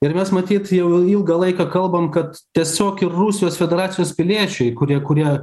ir mes matyt jau ilgą laiką kalbam kad tiesiog ir rusijos federacijos piliečiai kurie kurie